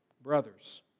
brothers